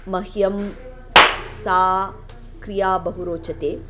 मह्यं सा क्रिया बहु रोचते